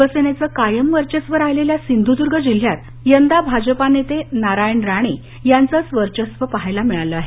शिवसेनेचं कायम वर्चस्व राहिलेल्या सिंधुर्दर्ग जिल्ह्यात यंदा भाजपा नेते नारायण राणे यांचंच वर्चस्व पाहायला मिळालं आहे